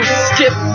skip